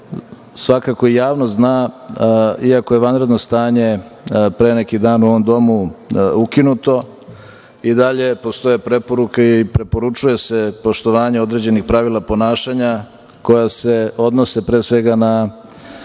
svakako i javnost zna, iako je vanredno stanje pre neki dan u ovom domu ukinuto, i dalje postoje preporuke i preporučuje se poštovanje određenih pravila ponašanja koja se odnose, pre svega, na